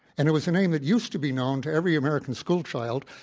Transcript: and it was a name that used to be known to every american school child